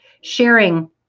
Sharing